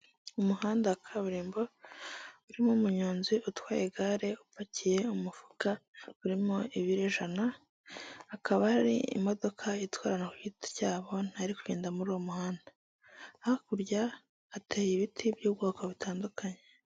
Umuhanda wa kaburimbo urimo umunyonzi utwaye igare, upakiye umufuka urimo ibiro ijana, akaba ari imodoka itwara Abantu ku giti cyabo, ntari kugenda muri uwo muhanda, hakurya hateye ibiti by'ubwoko butandukanye.